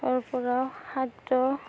ৰ পৰা খাদ্য